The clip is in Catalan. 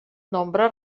nombre